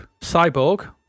Cyborg